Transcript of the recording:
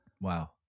Wow